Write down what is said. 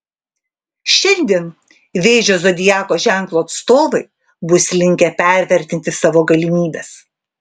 šiandien vėžio zodiako ženklo atstovai bus linkę pervertinti savo galimybes